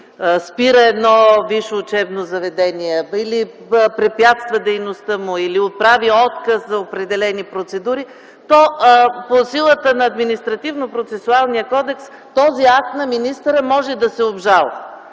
спира едно висше учебно заведение или препятства дейността му, или отправя отказ за определени процедури, то по силата на Административнопроцесуалния кодекс този акт на министъра може да се обжалва.